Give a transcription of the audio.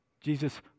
Jesus